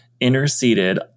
interceded